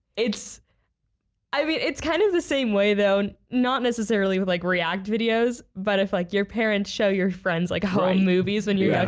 it's i mean it's kind of the same way though not necessarily like react videos but it's like your parents show your friends like a home movies in u s.